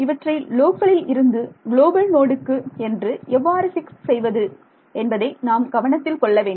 இவற்றை லோக்கலில் இருந்து குளோபல் நோடுக்கு என்று எவ்வாறு பிக்ஸ் செய்வது என்பதை நாம் கவனத்தில் கொள்ள வேண்டும்